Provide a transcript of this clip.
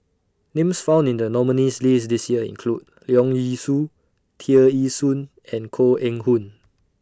Names found in The nominees' list This Year include Leong Yee Soo Tear Ee Soon and Koh Eng Hoon